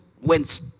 went